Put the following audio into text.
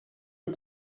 est